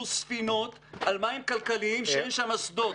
ספינות על מים כלכליים שאין שם אסדות.